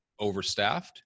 overstaffed